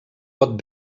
pot